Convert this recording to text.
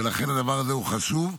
ולכן הדבר הזה הוא חשוב.